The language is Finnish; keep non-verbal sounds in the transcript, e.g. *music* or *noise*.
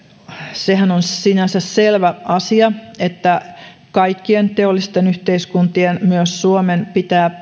sehän on sinänsä selvä asia että kaikkien teollisten yhteiskuntien myös suomen pitää *unintelligible*